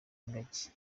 ingagi